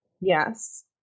Yes